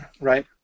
right